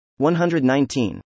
119